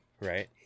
right